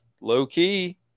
Low-key